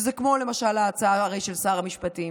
כמו למשל ההצעה של שר המשפטים,